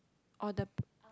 or the